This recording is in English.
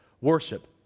worship